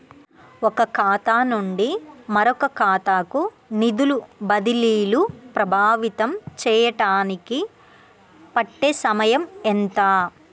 ఒక ఖాతా నుండి మరొక ఖాతా కు నిధులు బదిలీలు ప్రభావితం చేయటానికి పట్టే సమయం ఎంత?